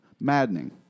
maddening